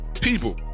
people